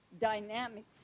dynamic